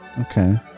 Okay